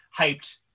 hyped